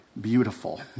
beautiful